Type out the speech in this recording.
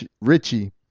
Richie